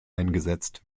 eingesetzt